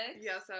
Yes